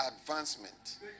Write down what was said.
advancement